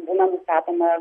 būna nusakoma